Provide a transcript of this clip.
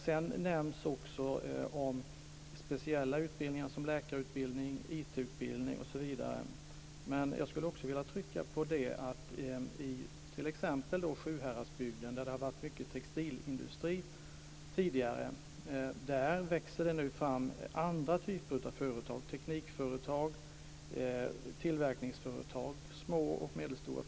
Det nämns också speciella utbildningar, som t.ex. läkarutbildning och IT-utbildning, men jag skulle vilja understryka att det exempelvis i Sjuhäradsbygden, där det tidigare har funnits mycket av textilindustri, nu växer fram andra typer av företag, som teknikföretag och tillverkningsföretag, små och medelstora.